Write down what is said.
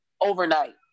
overnight